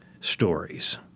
stories